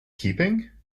keeping